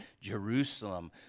Jerusalem